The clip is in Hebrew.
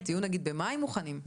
אם למשל תהיו מוכנים במאי.